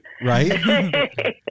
Right